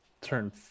turn